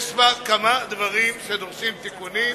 יש בה כמה דברים שדורשים תיקונים,